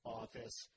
office